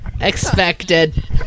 Expected